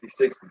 60